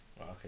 Okay